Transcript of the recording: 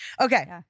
Okay